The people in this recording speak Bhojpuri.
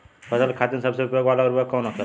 फसल के खातिन सबसे उपयोग वाला उर्वरक कवन होखेला?